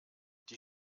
die